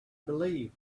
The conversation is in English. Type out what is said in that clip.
believe